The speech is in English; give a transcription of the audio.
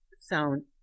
sound